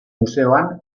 museoan